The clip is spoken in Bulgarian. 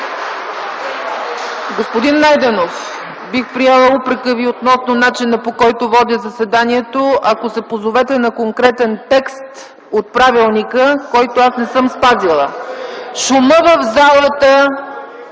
Господин Найденов, бих приела упрека Ви относно начина, по който водя заседанието, ако се позовете на конкретен текст от правилника, който не съм спазила. Шумът в залата